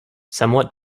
somewhat